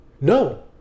No